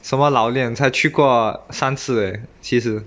什么老练才去过三次耶其实